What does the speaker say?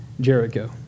Jericho